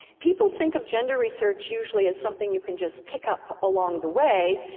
people think of gender research usually as something you can just pick up along the way,